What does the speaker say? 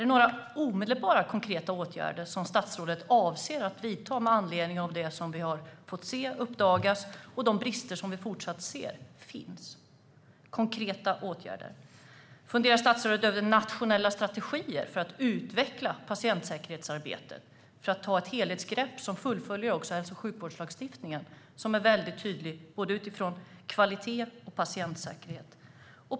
Avser statsrådet att vidta några omedelbara konkreta åtgärder med anledning av det som har uppdagats och de brister vi fortsatt ser finns? Funderar statsrådet över nationella strategier för att utveckla patientsäkerhetsarbetet och ta ett helhetsgrepp som fullföljer hälso och sjukvårdslagstiftningen? Den är väldigt tydlig både när det gäller kvalitet och patientsäkerhet.